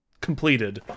completed